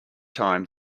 time